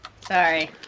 Sorry